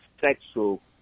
sexual